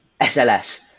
SLS